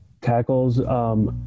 tackles